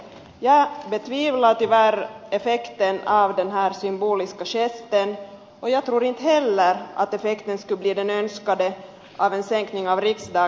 jag betvivlar tyvärr effekten av den här symboliska gesten och jag tror inte heller att effekten skulle bli den önskade av en sänkning av riksdagsledamöternas arvoden